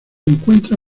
encuentra